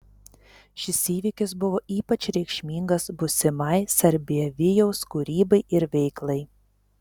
šis įvykis buvo ypač reikšmingas būsimai sarbievijaus kūrybai ir veiklai